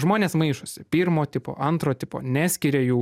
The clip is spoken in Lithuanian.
žmonės maišosi pirmo tipo antro tipo neskiria jų